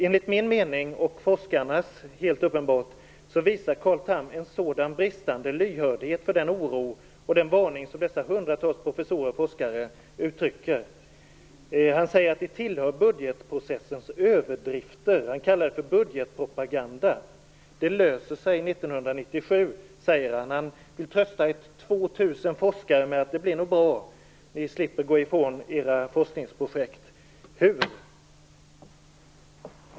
Enligt min - och uppenbarligen forskarnas - mening visar Carl Tham en bristande lyhördhet för den oro och den varning som dessa hundratals professorer och forskare uttrycker. Han säger att detta tillhör budgetprocessens överdrifter och kallar det för budgetpropaganda. Det löser sig 1997, säger han, och vill trösta 2 000 forskare med att allt nog blir bra, och de slipper gå ifrån sina forskningsprojekt.